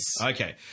Okay